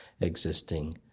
existing